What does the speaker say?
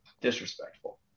disrespectful